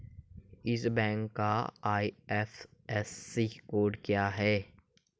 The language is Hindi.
इस बैंक का आई.एफ.एस.सी कोड क्या है?